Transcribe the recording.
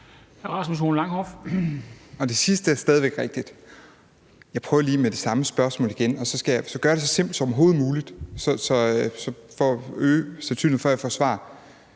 Det sidste er stadig væk rigtigt. Jeg prøver lige med det samme spørgsmål igen, og så skal jeg gøre det så simpelt som overhovedet muligt for at